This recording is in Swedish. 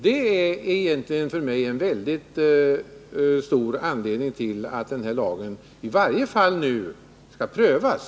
Det är för mig ett starkt skäl för att tycka att lagen nu i varje fall skall prövas.